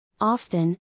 Often